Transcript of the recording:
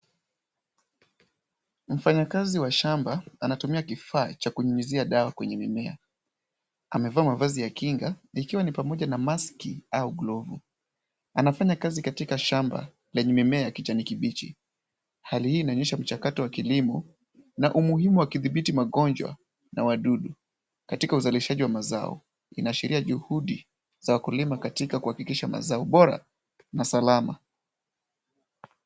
Mfanyakazi wa shamba anatumia kifaa cha kunyunyizia dawa kwenye mimea, amevaa mavazi ya kinga ikiwa ni pamoja na maski au glovu. Anafanya kazi katika shamba lenye mimea ya kijani kibichi. Hali hii inanyosha mchakato wa kilimo na umuhimu wa kidhibiti magonjwa na wadudu. Katika uzalishaji wa mazao, inaashiria juhudi za wakulima katika kuhakikisha mazao bora na salama.